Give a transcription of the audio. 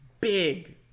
big